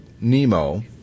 Nemo